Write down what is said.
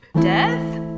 Death